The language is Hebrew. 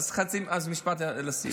אז משפט לסיום.